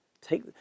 Take